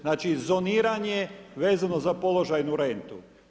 Znači zoniranje vezano za položajnu renut.